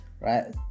Right